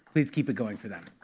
please keep it going for them.